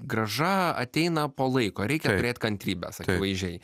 grąža ateina po laiko rekia turėt kantrybės akivaizdžiai